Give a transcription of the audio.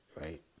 right